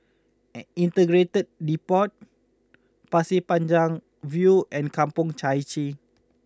Integrated Depot Pasir Panjang View and Kampong Chai Chee